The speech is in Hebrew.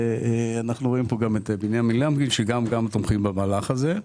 ואנחנו רואים פה גם את בנימין למקין שגם תומכים במהלך הזה.